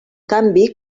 canvi